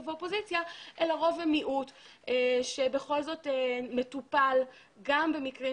ואופוזיציה רוב ומיעוט שבכל זאת מטופל גם במקרים